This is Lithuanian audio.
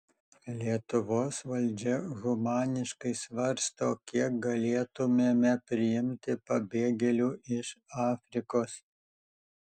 lietuvos valdžia humaniškai svarsto kiek galėtumėme priimti pabėgėlių iš afrikos